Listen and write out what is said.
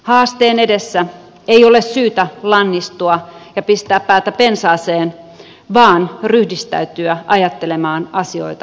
haasteen edessä ei ole syytä lannistua ja pistää päätä pensaaseen vaan ryhdistäytyä ajattelemaan asioita uudella tavalla